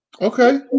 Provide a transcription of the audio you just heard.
Okay